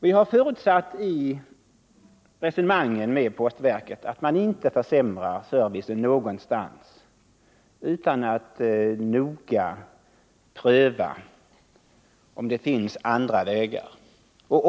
Vi har i resonemangen med postverket förutsatt att man inte försämrar servicen någonstans utan att noga pröva om det finns andra vägar att gå.